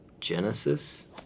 Genesis